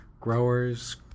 growers